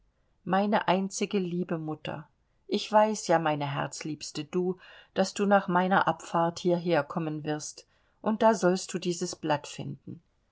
meine einzige liebe mutter ich weiß ja meine herzliebste du daß du nach meiner abfahrt hierherkommen wirst und da sollst du dieses blatt finden